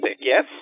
yes